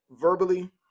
verbally